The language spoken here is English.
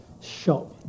shop